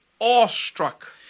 awestruck